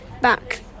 back